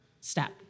step